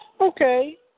Okay